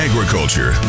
Agriculture